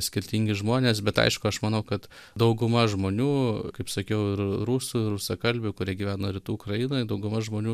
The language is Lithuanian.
skirtingi žmonės bet aišku aš manau kad dauguma žmonių kaip sakiau ir rusų ir rusakalbių kurie gyvena rytų ukrainoje dauguma žmonių